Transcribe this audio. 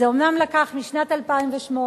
זה אומנם לקח משנת 2008,